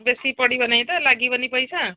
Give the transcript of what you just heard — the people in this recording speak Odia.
ବେଶୀ ପଡ଼ିବ ନାଇଁ ତ ଲାଗିବନି ପଇସା